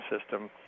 system